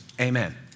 Amen